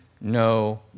no